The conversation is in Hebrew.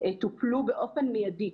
טופלו באופן מיידי.